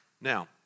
Now